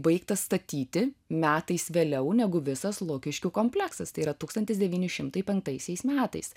baigtas statyti metais vėliau negu visas lukiškių kompleksas tai yra tūkstantis devyni šimtai penktaisiais metais